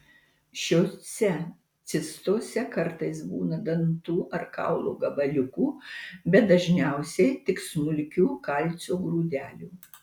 šiose cistose kartais būna dantų ar kaulo gabaliukų bet dažniausiai tik smulkių kalcio grūdelių